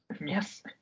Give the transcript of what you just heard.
Yes